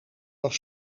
was